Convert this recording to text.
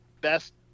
best